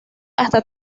hasta